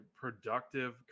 productive